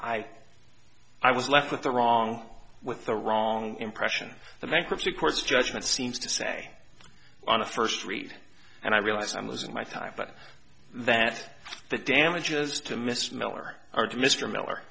i i was left with the wrong with the wrong impression the bankruptcy courts judgment seems to say on a first read and i realize i'm losing my time but that the damages to mr miller or to mr miller